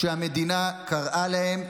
כשהמדינה קראה להם,